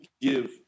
give